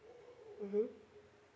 mm